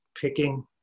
picking